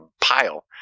pile